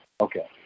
Okay